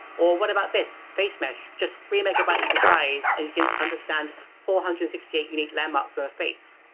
or what about this, face mesh? just three megabytes in size, and you can understand four hundred and sixty eight unique landmarks on the face.